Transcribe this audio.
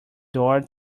door